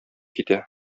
китә